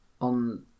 On